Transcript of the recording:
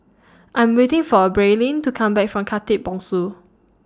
I'm waiting For Braelyn to Come Back from Khatib Bongsu